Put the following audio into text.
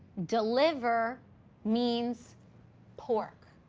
deliver means pork.